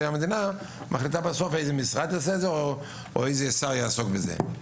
והמדינה מחליטה בסוף איזה משרד יעשה את זה או איזה שר יעסוק בזה.